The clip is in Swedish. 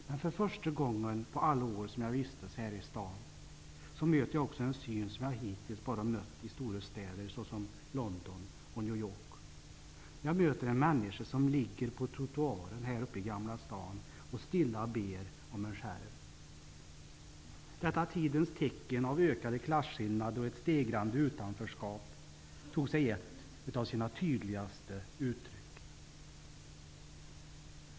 Men för första gången på alla år som jag har vistats här i sta'n mötte jag också en syn som jag hittills bara har mött i stora städer, som London och New York. Jag mötte en människa som låg på trottoaren i gamla stan och stilla bad om en skärv. Detta tidens tecken av ökade klasskillnader och ett stegrande utanförskap tog sig ett av sina tydligaste uttryck.